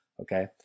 Okay